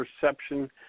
perception